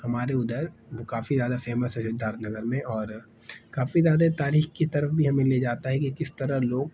ہمارے ادھر وہ کافی زیادہ فیمس ہے سدھارتھ نگر میں اور کافی زیادہ تاریخ کی طرف بھی ہمیں لے جاتا ہے کہ کس طرح لوگ